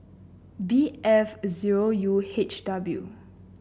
B F zero U H W